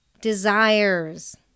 desires